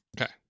Okay